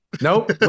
nope